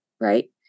right